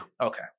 Okay